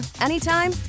anytime